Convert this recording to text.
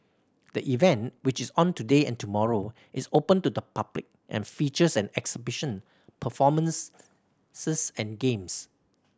the event which is on today and tomorrow is open to the public and features an exhibition performance and games